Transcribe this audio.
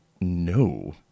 No